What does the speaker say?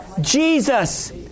Jesus